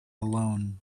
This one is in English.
alone